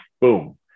boom